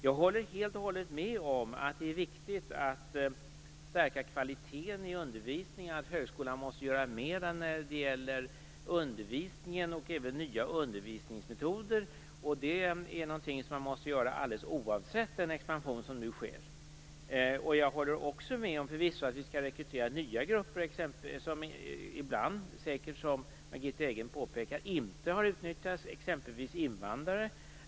Jag håller helt och hållet med om att det är viktigt att stärka kvaliteten i undervisningen och att högskolan måste göra mer när det gäller undervisningen och nya undervisningsmetoder. Det måste man göra alldeles oavsett den expansion som nu sker. Jag håller förvisso också med om att vi skall rekrytera nya grupper som ibland, som Margitta Edgren påpekar, säkert inte har utnyttjats, exempelvis invandrare.